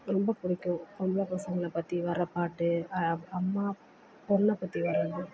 ரொம்ப புடிக்கும் பொம்பளை பசங்களை பற்றி வர பாட்டு அம்மா பொண்ணை பற்றி வர்றது